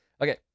Okay